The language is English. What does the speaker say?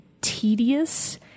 tedious